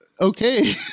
okay